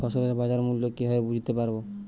ফসলের বাজার মূল্য কিভাবে বুঝতে পারব?